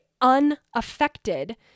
unaffected